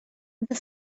the